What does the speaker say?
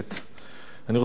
אני רוצה לדבר על המדרכות,